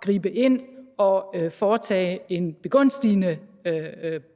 gribe ind og foretage en begunstigende